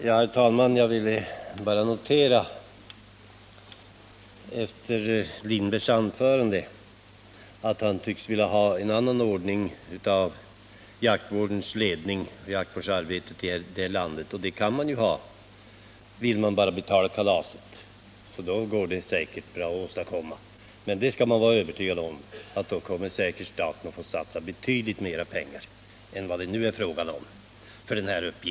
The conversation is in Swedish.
Herr talman! Jag noterar att Sven Lindberg tycks vilja ha en annan ordning i fråga om jaktvårdens ledning och jaktvårdsarbetet här i landet, och det kan man ju ha. Vill man bara betala kalaset så går det säkert bra att åstadkomma. Men då skall man vara på det klara med att staten säkerligen får satsa betydligt mer pengar för den uppgiften än den gör f. n.